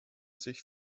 sich